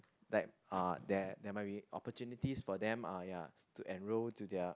like uh there there might be opportunities for them uh ya to enrol to their